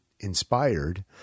inspired